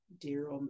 dear